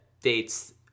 dates